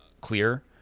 clear